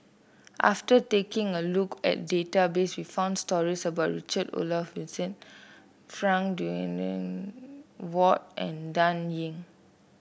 after taking a look at the database we found stories about Richard Olaf Winstedt Frank Dorrington Ward and Dan Ying